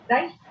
Right